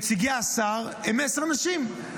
נציגי השר הם עשר נשים,